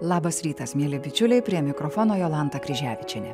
labas rytas mieli bičiuliai prie mikrofono jolanta kryževičienė